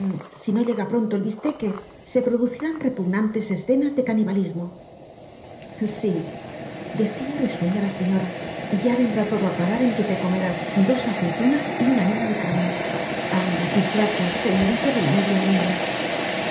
si no llega pronto el bisteque se producirán repugnantes escenas de canibalismo sí decía risueña la señora ya vendrá todo á parar en que te comerás dos aceitunas y una hebra de carne anda pistraco señorito de la media